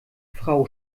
frau